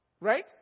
Right